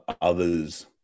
others